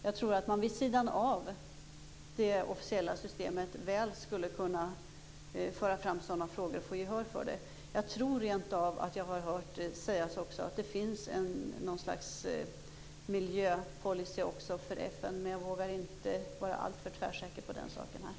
Jag tror att man vid sidan av det officiella systemet väl skulle kunna föra fram sådana frågor och få gehör för det. Jag tror rent av att jag har hört sägas att det finns något slags miljöpolicy för FN, men jag vågar inte vara alltför tvärsäker på den frågan här.